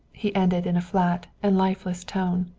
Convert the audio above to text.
he ended in a flat and lifeless tone.